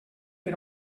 per